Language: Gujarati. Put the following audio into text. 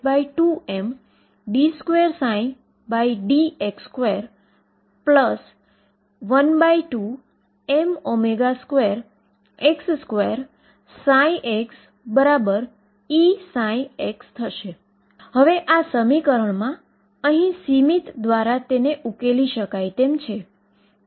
કારણ કે એકવાર તે શોધી કાઢવામા આવે છે તે બધા અલગ છે કે જે કરેલા પ્રયોગો સાથે મળતા આવતા હતા પરંતુ તે એક મૂળભૂત સમીકરણ છે જે તે વિવિધ માધ્યમ દ્વારા શોધી શકાય છે